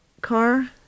car